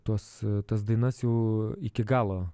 tuos tas dainas jau iki galo